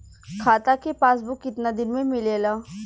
खाता के पासबुक कितना दिन में मिलेला?